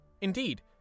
Indeed